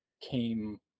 came